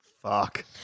Fuck